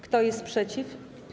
Kto jest przeciw?